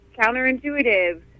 counterintuitive